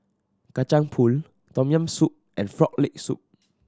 Kacang Pool Tom Yam Soup and Frog Leg Soup